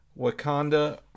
wakanda